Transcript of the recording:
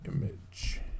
Image